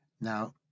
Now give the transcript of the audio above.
Now